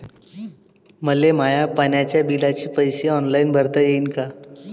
मले माया पाण्याच्या बिलाचे पैसे ऑनलाईन भरता येईन का?